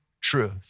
truth